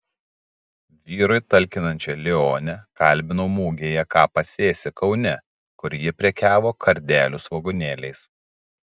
vyrui talkinančią lionę kalbinau mugėje ką pasėsi kaune kur ji prekiavo kardelių svogūnėliais